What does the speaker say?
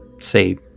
say